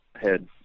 Head